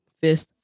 fifth